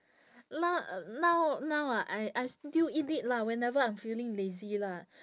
no~ now now ah I I still eat it lah whenever I'm feeling lazy lah